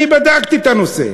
אני בדקתי את הנושא.